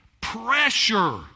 pressure